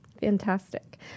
Fantastic